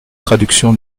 traduction